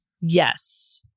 Yes